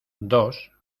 dos